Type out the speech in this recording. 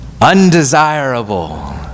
undesirable